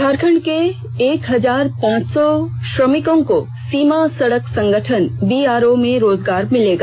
झारखंड के एक हजार पांच सौ श्रमिकों को सीमा सड़क संगठन बीआओ में रोजगार मिलेगा